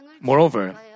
Moreover